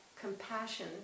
compassion